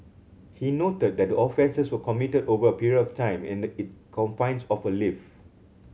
he noted that the offences were committed over a period of time and in confines of a lift